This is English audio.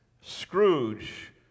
Scrooge